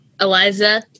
Eliza